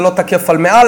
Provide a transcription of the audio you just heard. זה לא תקף על מעל.